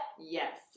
Yes